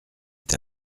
est